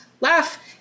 laugh